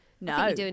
No